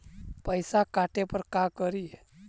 पैसा काटे पर का करि?